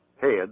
head